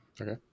Okay